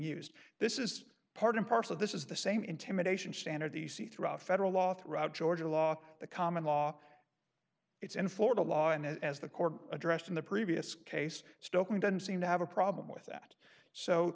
used this is part and parcel of this is the same intimidation standard these see throughout federal law throughout georgia law the common law it's in florida law and as the court addressed in the previous case stokely doesn't seem to have a problem with that so